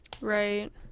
right